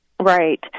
Right